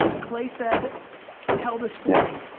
clay said tell the story.